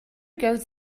goes